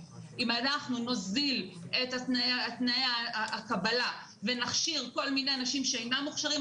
אם אנחנו נוזיל את תנאי הקבלה ונכשיר כל מיני אנשים שאינם מוכשרים,